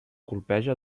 colpeja